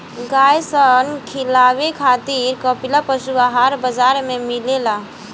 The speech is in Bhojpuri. गाय सन खिलावे खातिर कपिला पशुआहार बाजार में मिलेला